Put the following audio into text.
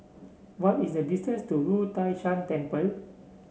what is the distance to Wu Tai Shan Temple